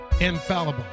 infallible